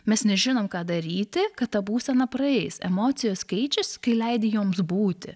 mes nežinome ką daryti kad ta būsena praeis emocijos keičias kai leidi joms būti